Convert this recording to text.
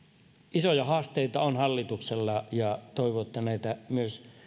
isoja haasteita on hallituksella toivon että näitä myös